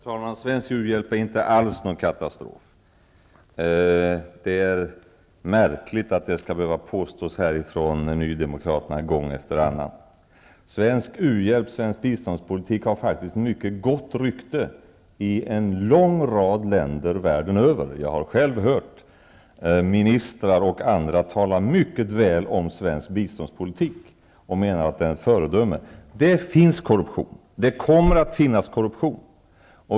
Herr talman! Svensk u-hjälp är inte alls en katastrof. Det är märkligt att nydemokraterna skall påstå detta gång efter annan. Svensk u-hjälp och svensk biståndspolitik har haft mycket gott rykte i en lång rad länder världen över. Jag har själv hört ministrar och andra tala mycket väl om svensk biståndspolitik, och man menar att den är ett föredöme. Det finns korruption, och det kommer att finnas korruption.